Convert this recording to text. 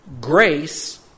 grace